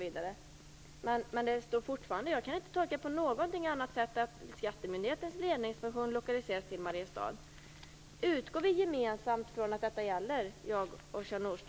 Jag kan ändå inte tolka saken på annat sätt än att skattemyndighetens ledningsfunktion skall lokaliseras till Mariestad. Utgår både Kjell Nordström och jag gemensamt från att detta gäller?